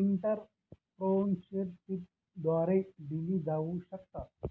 एंटरप्रेन्योरशिपद्वारे दिली जाऊ शकतात